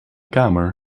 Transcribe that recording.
kamer